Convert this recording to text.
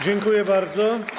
Dziękuję bardzo.